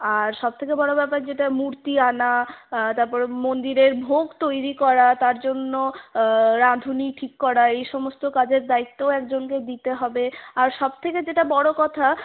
আর সবথেকে বড় ব্যাপার যেটা মূর্তি আনা তারপর মন্দিরের ভোগ তৈরি করা তার জন্য রাঁধুনি ঠিক করা এই সমস্ত কাজের দায়িত্বও একজনকে দিতে হবে আর সবথেকে যেটা বড় কথা